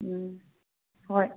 ꯎꯝ ꯍꯣꯏ